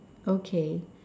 okay